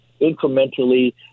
incrementally